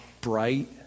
bright